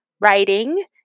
writing